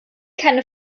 keine